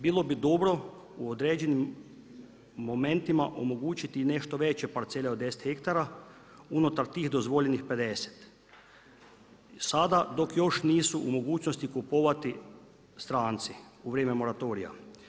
Bilo bi dobro u određenim momentima omogućiti i nešto veće parcele od 10 hektara, unutar tih dozvoljenih 50, sada dok još nisu u mogućnosti kupovati stranci u vrijeme moratorija.